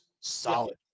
solid